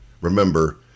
remember